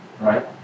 right